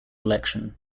election